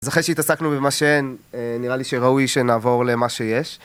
אז אחרי שהתעסקנו במה שאין, נראה לי שראוי שנעבור למה שיש.